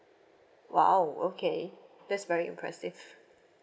!wow! okay that's very impressive